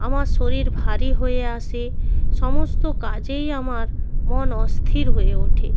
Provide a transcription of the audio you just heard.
আমার শরীর ভারী হয়ে আসে সমস্ত কাজেই আমার মন অস্থির হয়ে ওঠে